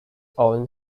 own